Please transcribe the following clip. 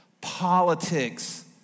politics